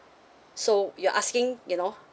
so you are asking you know